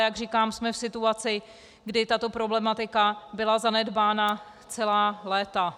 Jak říkám, jsme v situaci, kdy tato problematika byla zanedbávána celá léta.